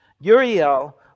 Uriel